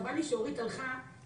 חבל לי שחברת הכנסת סטרוק הלכה כי